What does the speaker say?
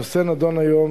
הנושא נדון היום